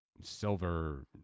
silver